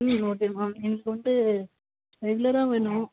ம் okay ma'am எங்களுக்கு வண்ட்டு ரெகுலராக வேணும்